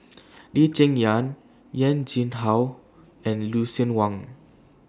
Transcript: Lee Cheng Yan Wen Jinhua and Lucien Wang